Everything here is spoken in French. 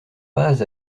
pas